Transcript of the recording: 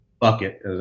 bucket